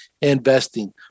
investing